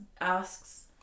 asks